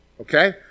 Okay